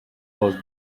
cause